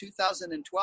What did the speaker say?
2012